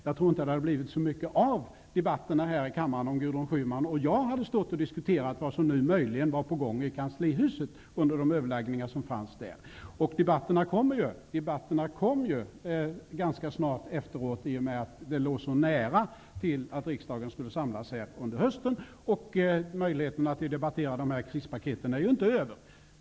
Jag tror inte att det hade blivit så mycket av debatterna här i kammaren, om Gudrun Schyman och jag hade stått och diskuterat vad som möjligen var på gång i kanslihuset under de överläggningar som skedde. Debatterna kom ju ganska snart efteråt, i och med att det var så kort tid till det att riksdagen skulle samlas för hösten. Möjligheterna att debattera krispaketen är inte förbi.